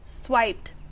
swiped